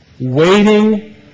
waiting